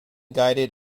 guided